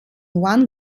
one